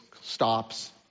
stops